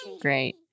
great